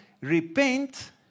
repent